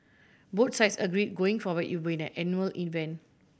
both sides agree going forward it would be an annual event